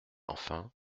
enfin